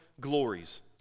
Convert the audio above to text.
glories